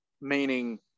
Meaning